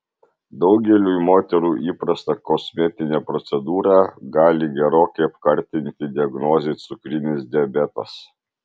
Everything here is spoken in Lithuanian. daugeliui moterų įprastą kosmetinę procedūrą gali gerokai apkartinti diagnozė cukrinis diabetas